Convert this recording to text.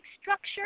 structure